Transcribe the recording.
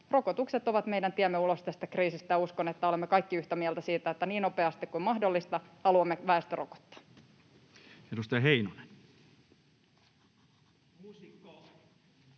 Rokotukset ovat meidän tiemme ulos tästä kriisistä, ja uskon, että olemme kaikki yhtä mieltä siitä, että niin nopeasti kuin mahdollista haluamme väestön rokottaa. Edustaja Heinonen.